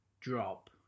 drop